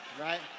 Right